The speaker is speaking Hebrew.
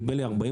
נדמה לי 40,